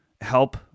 help